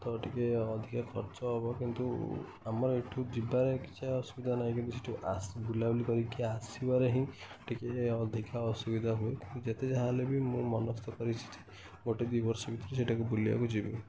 ତ ଟିକେ ଅଧିକା ଖର୍ଚ୍ଚ ହବ କିନ୍ତୁ ଆମର ଏଠୁ ଯିବାରେ କିଛି ଅସୁବିଧା ନାହିଁ କିନ୍ତୁ ସେଇଠି ବୁଲାବୁଲି କରିକି ଆସିବାରେ ହିଁ ଟିକିଏ ଅଧିକା ଅସୁବିଧା ହୁଏ କିନ୍ତୁ ଯେତେ ଯାହା ହେଲେ ବି ମୁଁ ମନସ୍ତ କରିଛି ଗୋଟେ ଦୁଇ ବର୍ଷ ଭିତରେ ସେଇଟାକୁ ବୁଲିବାକୁ ଯିବି